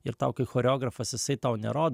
ir tau kai choreografas jisai tau nerodo